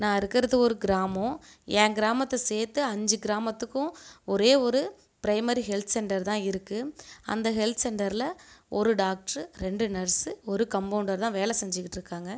நான் இருக்கிறது ஒரு கிராமம் என் கிராமத்தை சேர்த்து அஞ்சு கிராமத்துக்கும் ஒரே ஒரு பிரைமரி ஹெல்த் சென்டர் தான் இருக்குது அந்த ஹெல்த் சென்டரில் ஒரு டாக்டரு ரெண்டு நர்ஸு ஒரு கம்போண்டர் தான் வேலை செஞ்சுக்கிட்டு இருக்காங்க